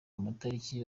amatariki